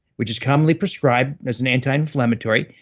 which is commonly prescribed as an anti-inflammatory,